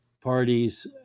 parties